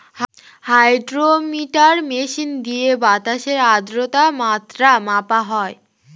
hydrometer machine দিয়ে বাতাসের আদ্রতার মাত্রা মাপা হয়